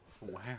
wow